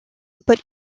but